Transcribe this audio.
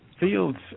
Fields